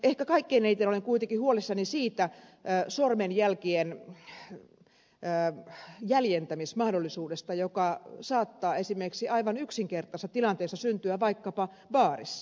ehkä kaikkein eniten olen kuitenkin huolissani sormenjälkien jäljentämismahdollisuudesta joka saattaa esimerkiksi aivan yksinkertaisissa tilanteissa syntyä vaikkapa baarissa